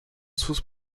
sources